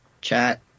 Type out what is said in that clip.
chat